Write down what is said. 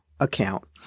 Account